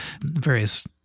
various